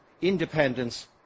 independence